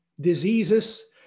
diseases